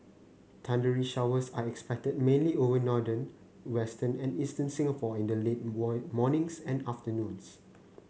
thundery showers are expected mainly over northern western and eastern Singapore in the late morning and afternoon